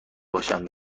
باشم